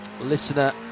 listener